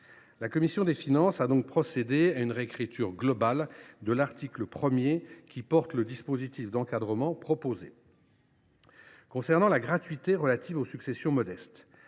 La commission des finances a donc procédé à une réécriture globale de l’article 1, qui porte le dispositif d’encadrement proposé. Concernant la gratuité relative aux successions modestes,